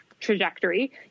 trajectory